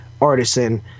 Artisan